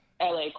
LA